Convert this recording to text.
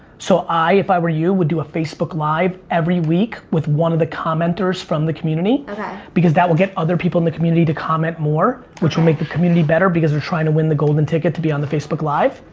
so i, if i were you, would do a facebook live every week with one of the commentors from the community and because that would get other people in the community to comment more which would make the community better because they're trying to win the golden ticket to be on the facebook live.